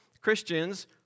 Christians